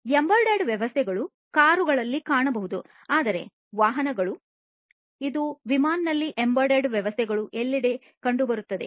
embedded ವ್ಯವಸ್ಥೆಗಳನ್ನು ಕಾರುಗಳಲ್ಲಿ ಕಾಣಬಹುದು ಅಂದರೆ ವಾಹನಗಳು ಇವು ವಿಮಾನಗಳಲ್ಲಿ ಎಂಬೆಡೆಡ್ ವ್ಯವಸ್ಥೆಗಳು ಎಲ್ಲೆಡೆ ಕಂಡುಬರುತ್ತವೆ